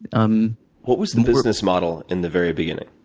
um what was the business model, in the very beginning?